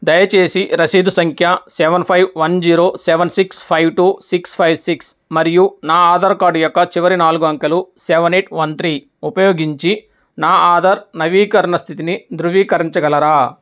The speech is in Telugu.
దయచేసి రసీదు సంఖ్య seven five one zero seven six five two six five six మరియు నా ఆధార్ కార్డ్ యొక్క చివరి నాలుగు అంకెలు సెవెన్ ఎయిట్ వన్ త్రి ఉపయోగించి నా ఆధార్ నవీకరణ స్థితిని ధృవీకరించగలరా